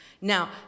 Now